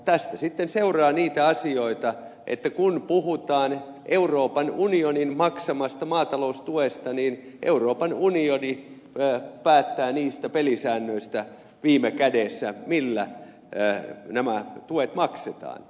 tästä sitten seuraa niitä asioita että kun puhutaan euroopan unionin maksamasta maataloustuesta niin euroopan unioni päättää viime kädessä niistä pelisäännöistä joilla nämä tuet maksetaan